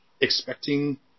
expecting